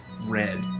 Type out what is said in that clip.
red